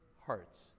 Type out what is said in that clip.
hearts